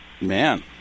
Man